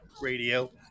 Radio